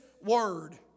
word